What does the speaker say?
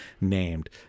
named